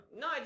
No